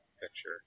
picture